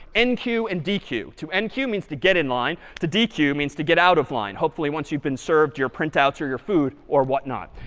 enqueue and dequeue. to enqueue means to get in line. to dequeue means to get out of line, hopefully once you've been served your printouts or your food or whatnot.